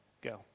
go